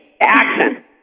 action